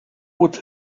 would